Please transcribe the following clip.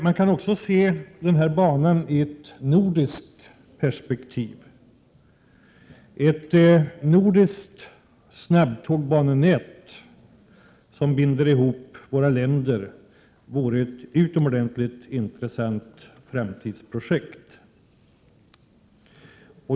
Man kan också se den här banan i ett nordiskt perspektiv. Ett nordiskt snabbtågsbannät, som binder ihop våra länder, vore ett utomordentligt intressant framtidsprojekt.